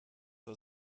war